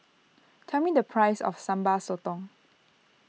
tell me the price of Sambal Sotong